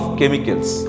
chemicals